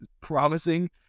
promising